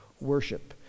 worship